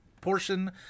portion